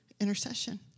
intercession